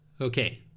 Okay